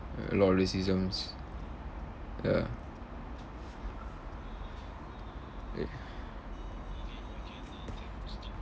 a lot of racisms ya yeah